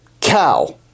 cow